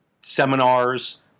seminars